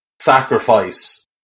sacrifice